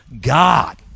God